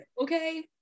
okay